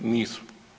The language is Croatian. Nisu.